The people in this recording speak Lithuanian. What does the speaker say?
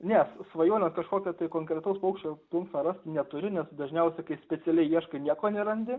ne svajonės kažkokio tai konkretaus paukščio plunksną rast neturiu nes dažniausiai kai specialiai ieškai nieko nerandi